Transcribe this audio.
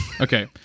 Okay